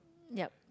yep